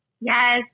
Yes